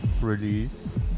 release